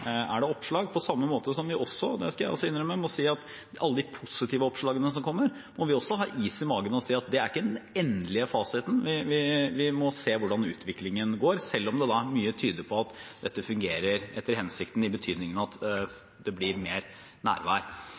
er det oppslag. På samme måte – det skal jeg innrømme – må jeg si at i forbindelse med alle de positive oppslagene som kommer, må vi også ha is i magen og si at det ikke er den endelige fasiten. Vi må se hvordan utviklingen blir, selv om det er mye som tyder på at dette fungerer etter hensikten, i betydningen at det blir mer